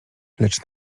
lecz